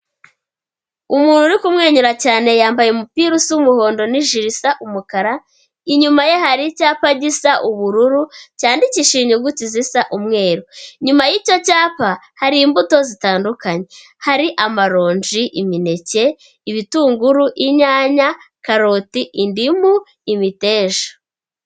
Umuntu uri kumwenyura cyane yambaye umupira usa umuhondo n'ijiri isa umukara, inyuma ye hari icyapa gisa ubururu cyandikishije inyuguti zisa umweru. Inyuma y'icyo cyapa hari imbuto zitandukanye hari amaronji, imineke, ibitunguru, inyanya, karoti, indimu, imiteja.